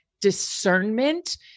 discernment